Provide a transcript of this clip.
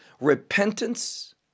Repentance